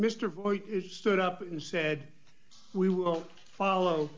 mr stood up and said we will follow